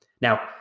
Now